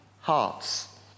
hearts